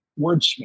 wordsmith